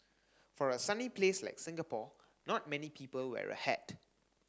for a sunny place like Singapore not many people wear a hat